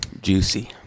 juicy